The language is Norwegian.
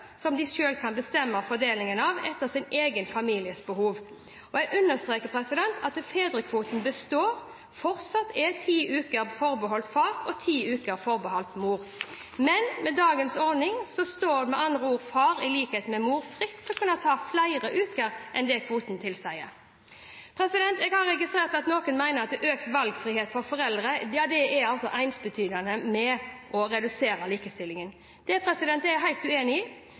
som de selv kan bestemme fordelingen av, etter sin egen families behov. Jeg understreker at fedrekvoten består, fortsatt er ti uker forbeholdt far og ti uker forbeholdt mor. Men med dagens ordning står med andre ord far, i likhet med mor, fritt til å kunne ta ut flere uker enn det kvoten tilsier. Jeg har registrert at noen mener at økt valgfrihet for foreldrene er ensbetydende med å redusere likestillingen. Det er jeg helt uenig i.